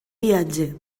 viatge